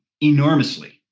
enormously